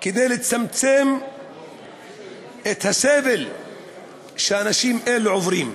כדי לצמצם את הסבל שאנשים אלו עוברים.